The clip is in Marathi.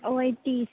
वय तीस